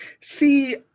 See